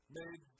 made